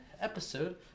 episode